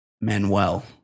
Manuel